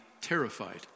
terrified